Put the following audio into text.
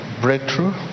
breakthrough